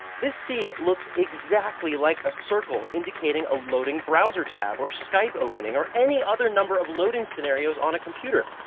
this c looks exactly like a circle indicating a loading browser tab, or skype opening, or any other number of loading scenarios on a computer.